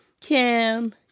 Kim